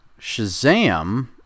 Shazam